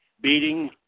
beating